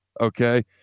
Okay